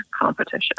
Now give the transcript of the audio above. competition